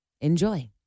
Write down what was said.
Enjoy